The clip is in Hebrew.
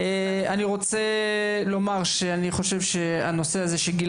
אני רוצה לומר שאני חושב שהנושא הזה של הגיל